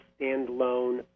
standalone